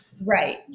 Right